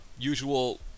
usual